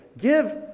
Give